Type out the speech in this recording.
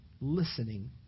listening